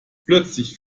plötzlich